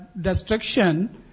destruction